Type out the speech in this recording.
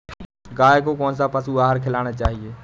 गाय को कौन सा पशु आहार खिलाना चाहिए?